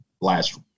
last